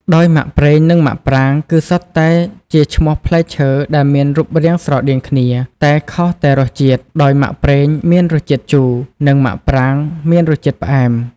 ដោយមាក់ប្រេងនិងមាក់ប្រាងគឺសុទ្ធតែជាឈ្មោះផ្លែឈើដែលមានរូបរាងស្រដៀងគ្នា តែខុសតែរសជាតិ ដោយមាក់ប្រេងមានរសជាតិជូរ និងមាក់ប្រាងមានរសជាតិផ្អែម។